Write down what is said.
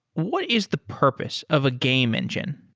what is the purpose of a game engine?